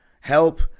help